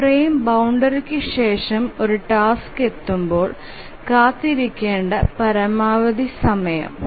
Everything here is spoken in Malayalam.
ഒരു ഫ്രെയിം ബൌണ്ടറിക്കുശേഷം ഒരു ടാസ്ക് എത്തുമ്പോൾ കാത്തിരിക്കേണ്ട പരമാവധി സമയം